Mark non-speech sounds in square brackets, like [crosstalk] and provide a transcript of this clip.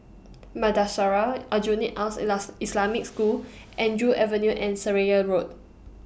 Madrasah Aljunied Al [unintelligible] Islamic School Andrew Avenue and Seraya Road